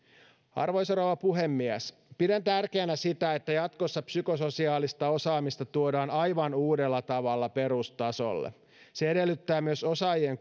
arvoisa rouva puhemies pidän tärkeänä sitä että jatkossa psykososiaalista osaamista tuodaan aivan uudella tavalla perustasolle se edellyttää myös osaajien